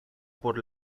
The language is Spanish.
por